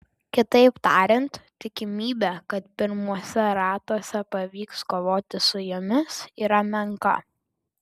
kitaip tariant tikimybė kad pirmuose ratuose pavyks kovoti su jomis yra menka